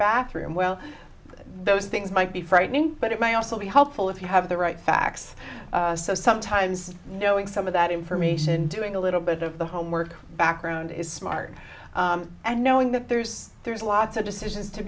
bathroom well those things might be frightening but it might also be helpful if you have the right facts so sometimes knowing some of that information doing a little bit of the homework background is smart and knowing that there's there's lots of decisions to